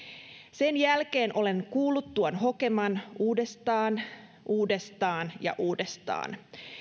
sen jälkeen olen kuullut tuon hokeman uudestaan uudestaan ja uudestaan